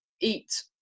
eat